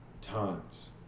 times